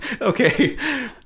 Okay